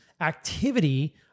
activity